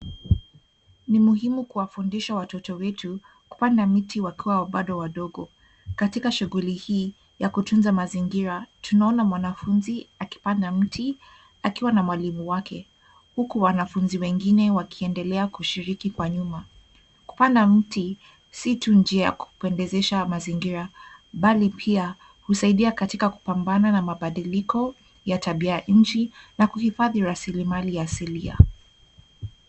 Ni muhimu kuwafundisha watoto wetu kupanda miti wakiwa bado wadogo. Katika shughuli hii ya kutunza mazingira tunaona mwanafunzi akipanda mti akiwa na mwalimu wake huku wanafunzi wengine wakiendelea kushiriki kwa nyuma. Kupanda mti si tu njia ya kupendezesha mazingira, bali pia husaidiakatika kupambana na mabadiliko ya tabia ya nchi na kuhifadhi rasilimali asilia.